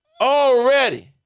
already